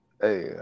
Hey